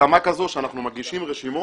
ברמה כזו שאנחנו מגישים רשימות,